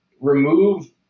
remove